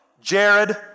Jared